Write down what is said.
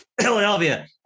Philadelphia